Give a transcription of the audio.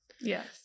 yes